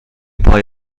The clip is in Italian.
poi